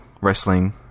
wrestling